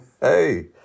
Hey